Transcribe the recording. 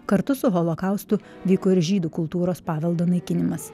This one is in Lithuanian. kartu su holokaustu vyko ir žydų kultūros paveldo naikinimas